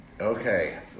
Okay